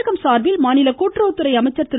தமிழகம் சார்பில் மாநில கூட்டுறவுத்துறை அமைச்சர் திரு